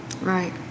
Right